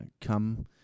come